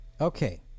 Okay